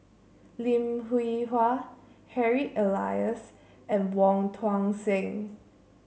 Lim Hwee Hua Harry Elias and Wong Tuang Seng